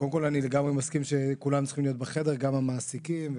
לגמרי מסכים שכולם צריכים להיות בחדר וגם המעסיקים.